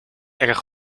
erg